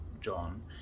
John